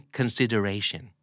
consideration